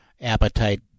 appetite